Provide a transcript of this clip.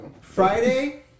Friday